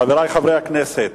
חברי חברי הכנסת,